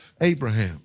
Abraham